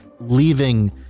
leaving